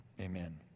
amen